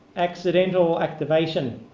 accidental activation.